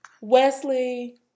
Wesley